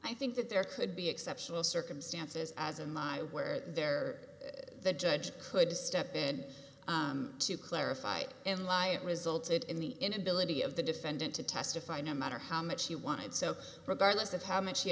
i think that there could be exceptional circumstances as in lie where there the judge could step in to clarify in law it resulted in the inability of the defendant to testify no matter how much she wanted so regardless of how much she